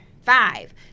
Five